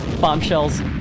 Bombshells